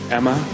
Emma